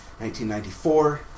1994